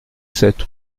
sept